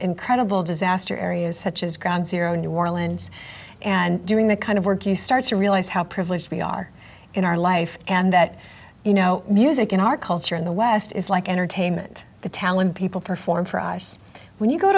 incredible disaster areas such as ground zero in new orleans and doing that kind of work you start to realize how privileged we are in our life and that you know music in our culture in the west is like entertainment the talent people perform for us when you go